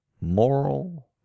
moral